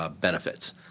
benefits